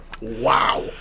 Wow